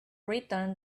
return